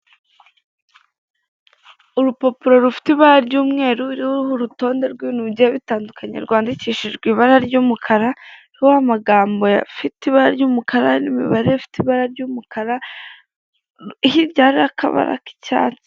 Urupapuro rufite ibara ry'umweru ruriho urutonde rw'ibintu bigiye bitandukanye rwandikishijwe ibara ry'umukara ruriho amagambo afite ibara ry'umukara, n'imibare ifite ibara ry'umukara, hirya hariho akabara k'icyatsi.